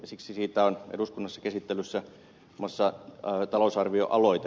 siksi siitä on eduskunnassa käsittelyssä muun muassa talousarvioaloite